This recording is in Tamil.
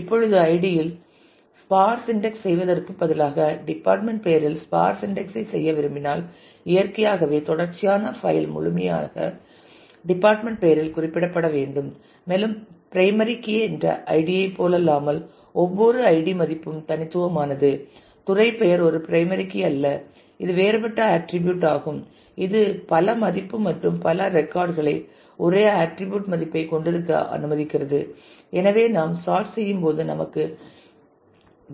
இப்பொழுது ஐடி இல் ஸ்பார்ஸ் இன்டெக்ஸ் செய்வதற்குப் பதிலாக டிபார்ட்மெண்ட் பெயரில் ஸ்பார்ஸ் இன்டெக்ஸ் ஐ செய்ய விரும்பினால் இயற்கையாகவே தொடர்ச்சியான பைல் முதன்மையாக டிபார்ட்மெண்ட் பெயரில் குறியிடப்பட வேண்டும் மேலும் பிரைமரி கீ என்ற ஐடி யைப் போலல்லாமல் ஒவ்வொரு ஐடி மதிப்பும் தனித்துவமானது துறை பெயர் ஒரு பிரைமரி கீ அல்ல இது வேறுபட்ட ஆர்ட்டிரிபியூட் ஆகும் இது பல மதிப்பு மற்றும் பல ரெக்கார்ட் களை ஒரே ஆர்ட்டிரிபியூட் மதிப்பைக் கொண்டிருக்க அனுமதிக்கிறது எனவே நாம் சார்ட் செய்யும்போது நமக்கு